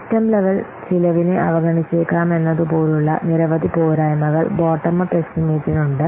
system level ചിലവിനെ അവഗണിച്ചേക്കാമെന്നതുപോലുള്ള നിരവധി പോരായ്മകൾ ബോട്ടം അപ്പ് എസ്റ്റിമേറ്റിനുണ്ട്